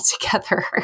together